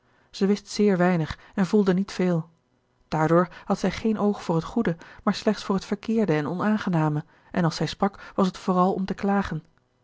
zij wist zeer weinig en voelde niet veel daardoor had zij geen oog voor het goede maar slechts voor het verkeerde en onaangename en als zij sprak was het vooral om te klagen